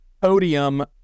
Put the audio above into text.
podium